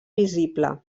visible